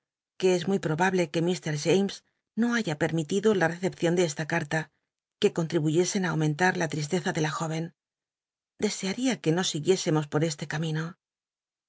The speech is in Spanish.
que es muy probable el que iir james no haya permitido la t'ecepcion de cartas que conlríbuyesen aumentar la tristeza de la jóy en deseária que no siguiésemos por este camino